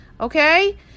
Okay